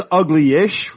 ugly-ish